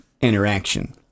interaction